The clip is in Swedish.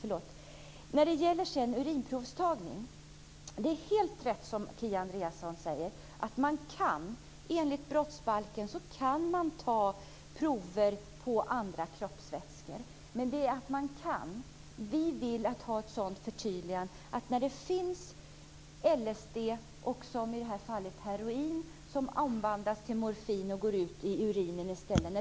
När det gäller urinprovstagning är det helt rätt, som Kia Andreasson säger, att man enligt brottsbalken kan ta prover på olika kroppsvätskor, men alltså bara att det kan göras. Vi vill att regeringen kompletterar lagförslaget så att det täcker samtliga narkotiska preparat.